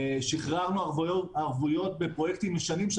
שחררנו ערבויות בפרויקטים ישנים של